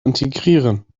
integrieren